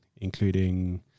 including